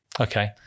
Okay